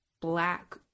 black